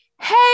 Hey